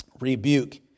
rebuke